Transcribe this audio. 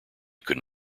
could